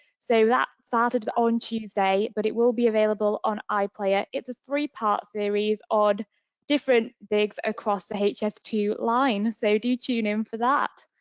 so that started on tuesday, but it will be available on iplayer. it's a three-part series on different digs across the h s two line. so do tune in for that.